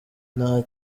nta